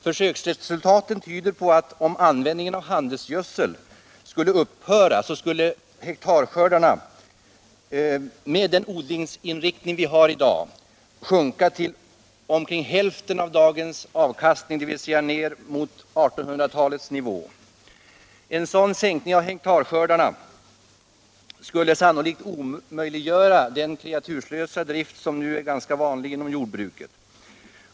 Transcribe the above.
Försöksresultaten tyder på att om all användning av handelsgödsel skulle upphöra, så skulle hektarskördarna vid den odlingsinriktning vi har i dag sjunka till omkring hälften av dagens avkastning, dvs. till 1800-talets nivå. En sådan sänkning av hektarskördarna skulle sannolikt omöjliggöra den kreaturslösa drift som i dagens jordbruk är ganska vanlig.